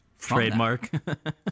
trademark